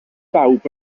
bawb